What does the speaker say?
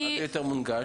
למה זה יותר נגיש?